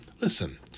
Listen